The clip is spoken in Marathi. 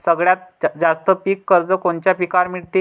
सगळ्यात जास्त पीक कर्ज कोनच्या पिकावर मिळते?